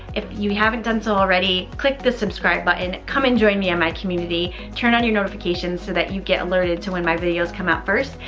if you haven't done so already, click the subscribe button. come and join me on my community. turn on your notifications so that you get alerted to when my videos come out first,